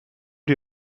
die